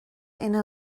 ina